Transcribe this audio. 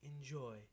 Enjoy